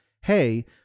hey